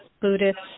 Buddhist